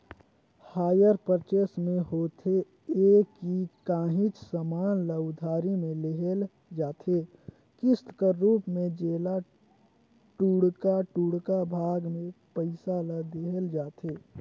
hire purchase में होथे ए कि काहींच समान ल उधारी में लेहल जाथे किस्त कर रूप में जेला टुड़का टुड़का भाग में पइसा ल देहल जाथे